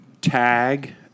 tag